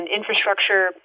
infrastructure